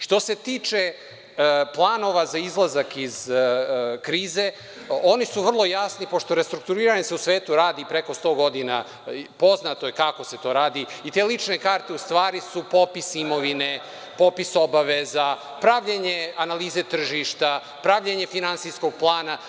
Što se tiče planova za izlazak iz krize, oni su vrlo jasni, pošto restrukturiranje se u svetu radi preko 100 godina, poznato je kako se to radi i te lične karte u stvari su popis imovine, popis obaveza, pravljenje analize tržišta, pravljenje finansijskog plana.